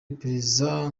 iperereza